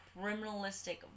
criminalistic